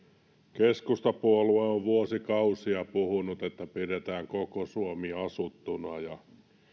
keskustapuolue on vuosikausia puhunut että pidetään koko suomi asuttuna ja kyllä